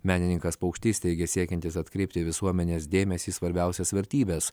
menininkas paukštys teigia siekiantis atkreipti visuomenės dėmesį į svarbiausias vertybes